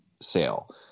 sale